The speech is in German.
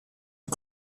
und